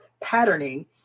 patterning